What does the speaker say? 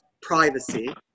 privacy